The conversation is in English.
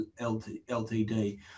LTD